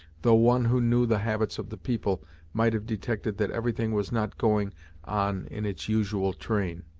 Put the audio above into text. though one who knew the habits of the people might have detected that everything was not going on in its usual train.